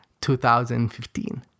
2015